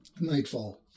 Nightfall